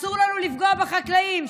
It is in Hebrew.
אסור לנו לפגוע בחקלאים.